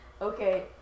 Okay